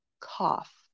cough